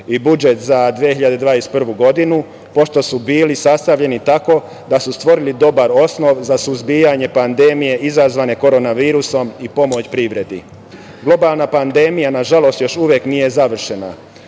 i budžet za 2021. godinu, pošto su bili sastavljeni tako da su stvorili dobar osnov za suzbijanje pandemije izazvane korona virusom i pomoć privredi. Globalna pandemija, nažalost, još uvek nije završena.